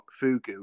fugu